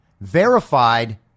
verified